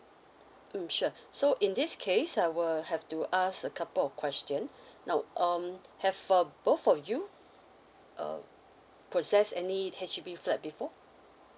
mm sure so in this case I will have to ask a couple questions now um have uh both of you uh process any H_D_B flat before